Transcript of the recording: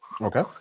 Okay